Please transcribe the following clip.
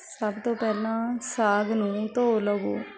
ਸਭ ਤੋਂ ਪਹਿਲਾਂ ਸਾਗ ਨੂੰ ਧੋ ਲਵੋ